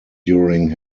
during